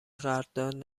قدردان